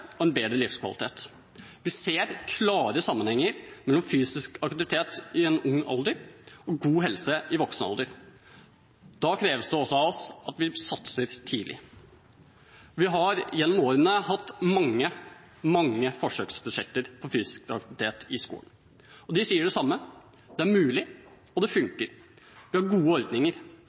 og en bedre livskvalitet. Vi ser klare sammenhenger mellom fysisk aktivitet i ung alder og god helse i voksen alder. Da kreves det også av oss at vi satser tidlig. Vi har gjennom årene hatt mange forsøksprosjekter på fysisk aktivitet i skolen. De sier det samme: Det er mulig og det funker. Vi har gode ordninger.